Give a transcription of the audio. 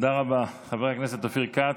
תודה רבה, חבר הכנסת אופיר כץ.